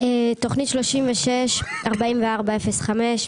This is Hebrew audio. תוכנית 364405,